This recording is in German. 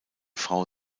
frau